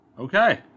Okay